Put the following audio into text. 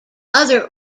other